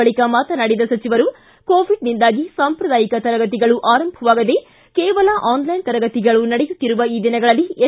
ಬಳಿಕ ಮಾತನಾಡಿದ ಸಚಿವರು ಕೋವಿಡ್ನಿಂದಾಗಿ ಸಾಂಪ್ರದಾಯಿಕ ತರಗತಿಗಳು ಆರಂಭವಾಗದೇ ಕೇವಲ ಆನ್ಲೈನ್ ತರಗತಿಗಳು ನಡೆಯುತ್ತಿರುವ ಈ ದಿನಗಳಲ್ಲಿ ಎಸ್